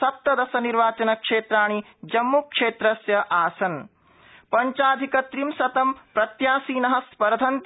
सप्तदश निर्वाचन क्षेत्राणि जम्मूक्षेत्रस्य आसन ञ्चाधिक त्रि शतं प्रत्याशिनः स् र्धन्ते